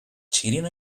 cheating